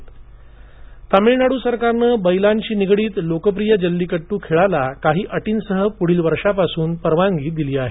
तामिळनाड् तमिळनाडू सरकारने बैलांशी निगडीत लोकप्रिय जल्लीकडू खेळाला काही अटींसह पुढील वर्षापासून परवानगी दिली आहे